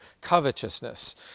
covetousness